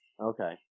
Okay